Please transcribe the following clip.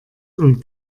und